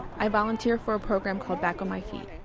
i volunteer for a program called back on my feet.